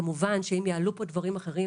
כמובן שאם יעלו פה דברים אחרים,